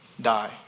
die